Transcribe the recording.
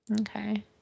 Okay